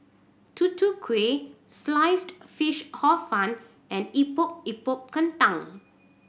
Tutu Kueh Sliced Fish Hor Fun and Epok Epok Kentang